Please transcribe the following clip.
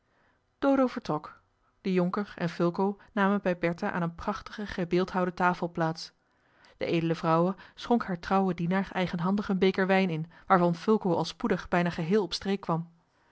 dodo vertrok de jonker en fulco namen bij bertha aan eene prachtige gebeeldhouwde tafel plaats de edele vrouwe schonk haar trouwen dienaar eigenhandig een beker wijn in waarvan fulco al spoedig bijna geheel op streek kwam